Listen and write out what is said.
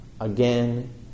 again